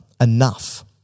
enough